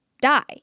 die